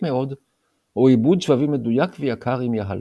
מאוד או עיבוד שבבי מדויק ויקר עם יהלום.